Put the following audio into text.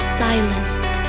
silent